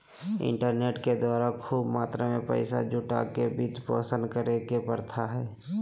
internet के द्वारा खूब मात्रा में पैसा जुटा के वित्त पोषित करे के प्रथा हइ